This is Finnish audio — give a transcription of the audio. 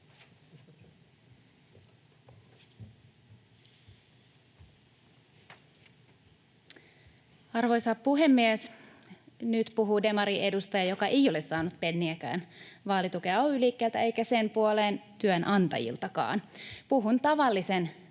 Arvoisa puhemies! Nyt puhuu demariedustaja, joka ei ole saanut penniäkään vaalitukea ay-liikkeeltä eikä sen puoleen työnantajiltakaan. Puhun tavallisen